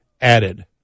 added